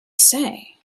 say